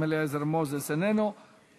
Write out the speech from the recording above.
מנחם אליעזר מוזס, אינו נוכח.